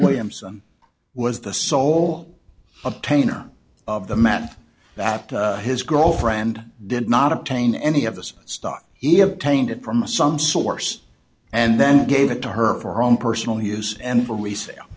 williamson was the sole a painter of the math that his girlfriend did not obtain any of this stock he obtained it from a some source and then gave it to her for her own personal use and for resale